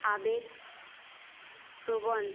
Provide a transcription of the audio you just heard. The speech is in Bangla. আবেগপ্রবণ